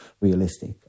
realistic